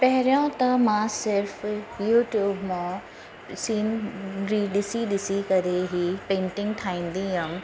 पहिरियां त मां सिर्फ़ु यूट्यूब मां सीनरी ॾिसी ॾिसी करे ई पेंटिंग ठाहींदी हुअमि